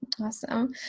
Awesome